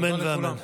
אמן ואמן.